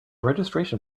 registration